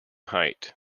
height